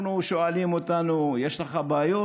אנחנו, כששואלים אותנו: יש לכם בעיות?